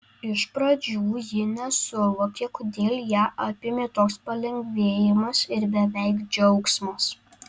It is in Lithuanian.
iš pradžių ji nesuvokė kodėl ją apėmė toks palengvėjimas ir beveik džiaugsmas